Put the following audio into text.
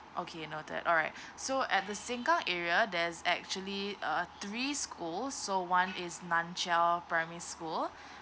okay noted alright so at the sengkang are there's actually uh three schools so one is nanchiau primary school